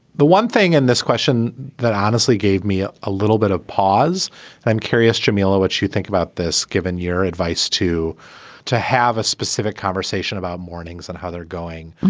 the one thing in this question that honestly gave me ah a little bit of pause i'm curious, jamila, what you think about this, given your advice to to have a specific conversation about mornings and how they're going.